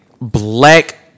black